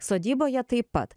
sodyboje taip pat